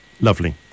Lovely